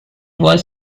was